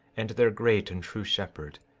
and their great and true shepherd,